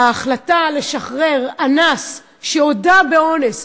ההחלטה לשחרר אנס שהודה באונס,